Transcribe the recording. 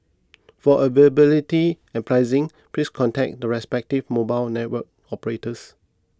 for availability and pricing please contact the respective mobile network operators